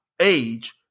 Age